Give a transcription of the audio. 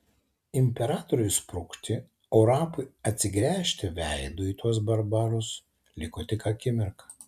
imperatoriui sprukti o rapui atsigręžti veidu į tuos barbarus liko tik akimirka